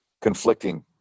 conflicting